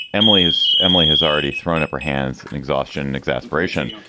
emily is emily has already thrown up her hands and exhaustion and exasperation.